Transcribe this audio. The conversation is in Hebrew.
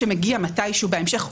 שמגיע מתישהו בהמשך,